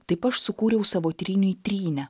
taip aš sukūriau savo tryniui trynę